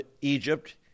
Egypt